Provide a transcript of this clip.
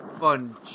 fun